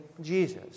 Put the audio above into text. Jesus